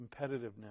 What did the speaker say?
competitiveness